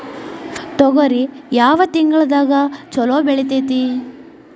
ತೊಗರಿ ಯಾವ ತಿಂಗಳದಾಗ ಛಲೋ ಬೆಳಿತೈತಿ?